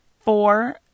four